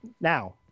now